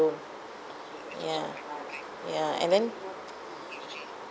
loan ya ya and then